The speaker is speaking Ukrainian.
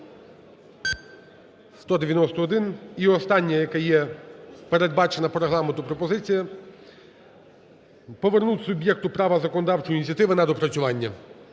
І остання, яка є, передбачена по Регламенту пропозиція: повернути суб'єкту права законодавчої ініціативи на доопрацювання.